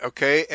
Okay